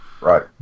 right